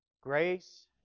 Grace